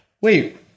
Wait